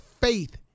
faith